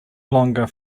longer